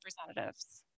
representatives